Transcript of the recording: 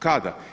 Kada?